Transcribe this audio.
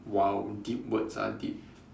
!wow! deep words ah deep